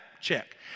Check